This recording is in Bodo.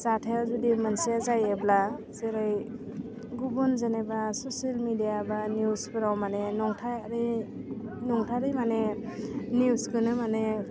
जाथाइआव जुदि मोनसे जायोब्ला जेरै गुबुन जेन'बा ससेल मेडिया बा निउसफोराव मानि नंथारै नंथारै माने निउसखौनो माने